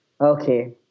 Okay